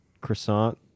croissant